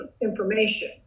information